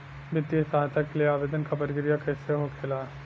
वित्तीय सहायता के लिए आवेदन क प्रक्रिया कैसे होखेला?